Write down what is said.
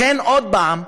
לכן, עוד פעם,